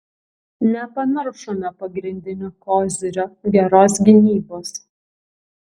nepamiršome pagrindinio kozirio geros gynybos